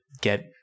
get